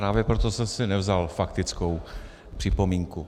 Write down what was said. Právě proto jsem si nevzal faktickou připomínku.